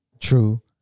True